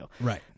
Right